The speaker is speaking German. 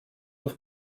auf